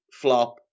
flop